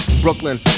Brooklyn